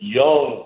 young